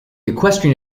equestrian